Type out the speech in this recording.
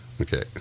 Okay